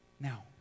Now